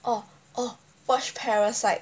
orh orh watch Parasite